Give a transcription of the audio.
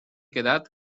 quedat